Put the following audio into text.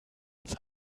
uns